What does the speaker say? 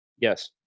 Yes